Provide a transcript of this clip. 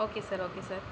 okay sir okay sir